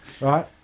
Right